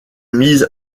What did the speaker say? mise